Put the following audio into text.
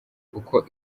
kuko